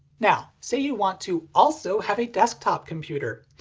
now say you want to also have a desktop computer.